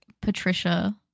Patricia